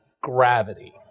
gravity